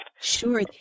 Sure